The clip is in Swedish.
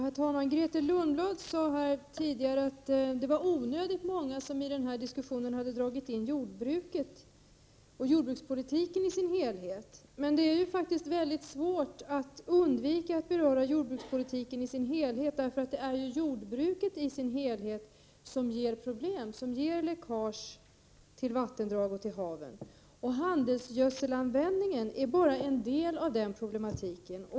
Herr talman! Grethe Lundblad sade här tidigare att det var onödigt många som i den här diskussionen hade tagit upp jordbruket och jordbrukspolitiken i dess helhet. Men det är faktiskt mycket svårt att undvika att beröra jordbrukspolitiken i dess helhet, eftersom jordbruket i stort ger upphov till problem. Det kan vara fråga om exempelvis läckage till vattendrag och hav. Användningen av handelsgödsel utgör bara en del av den problematiken.